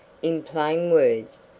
in plain words,